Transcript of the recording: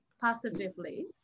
positively